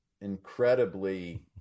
incredibly